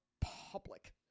public